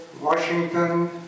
Washington